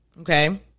Okay